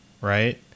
right